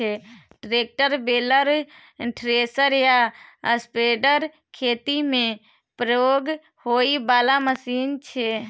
tractor, baler, thresher आ spreader खेती मे प्रयोग होइ बला मशीन छै